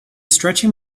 stretching